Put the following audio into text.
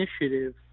initiative